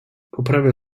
poprawia